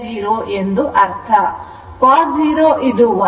cos 0 1 ಮತ್ತು sin 00